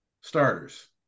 starters